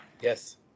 Yes